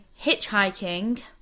hitchhiking